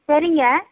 சரிங்க